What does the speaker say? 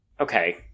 okay